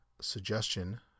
suggestion